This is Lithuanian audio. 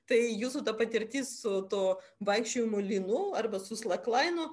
tai jūsų ta patirtis su tuo vaikščiojimu lynu arba su slaklainu